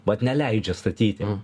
vat neleidžia statyti